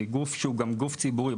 גוף שהם גם גוף ציבורי.